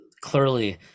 clearly